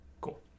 Cool